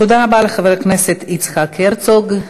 תודה רבה לחבר הכנסת יצחק הרצוג.